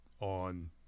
on